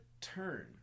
turn